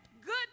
good